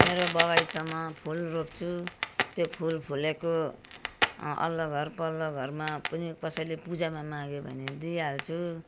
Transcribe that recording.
मेरो बगैँचामा फुल रोप्छु त्यो फुल फुलेको अल्लो घर पल्लो घरमा पनि कसैले पूजामा मागे भने दिइहाल्छु